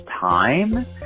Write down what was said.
time